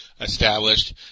established